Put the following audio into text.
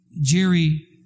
Jerry